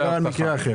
אני מדבר על מקרה אחר.